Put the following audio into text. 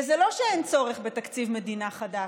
וזה לא שאין צורך בתקציב מדינה חדש.